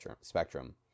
spectrum